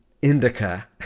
indica